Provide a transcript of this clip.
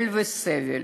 אבל וסבל,